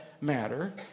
matter